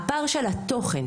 הפער של התוכן.